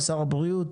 ושר הבריאות.